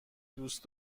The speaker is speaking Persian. دوست